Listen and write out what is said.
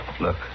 Look